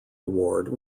award